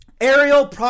Ariel